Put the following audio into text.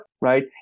right